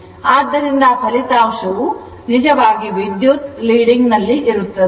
ಆದ್ದರಿಂದ ಫಲಿತಾಂಶವು ನಿಜವಾಗಿ ವಿದ್ಯುತ್ leading ಇರುತ್ತದೆ